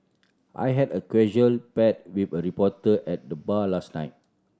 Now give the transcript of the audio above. I had a casual bat with a reporter at the bar last night